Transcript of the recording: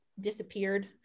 disappeared